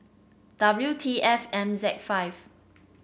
W T F M Z five